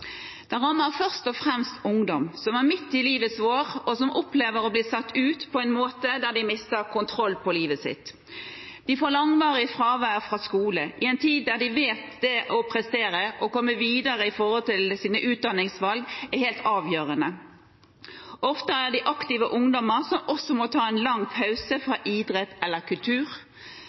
Det rammer først og fremst ungdom som er midt i livets vår, og som opplever å bli satt ut på en måte der de mister kontrollen over livet sitt. De får langvarig fravær fra skole i en tid da de vet at det å prestere og komme videre med sine utdanningsvalg er helt avgjørende. Ofte er de aktive ungdommer, som også må ta en lang pause fra idrett eller kultur.